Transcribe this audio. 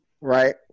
Right